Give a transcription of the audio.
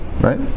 Right